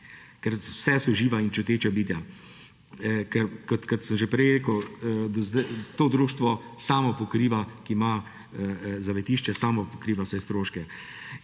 ker vsa so živa in čuteča bitja. Kot sem že prej rekel, to društvo, ki ima zavetišče, samo pokriva vse stroške.